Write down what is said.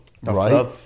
Right